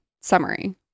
summary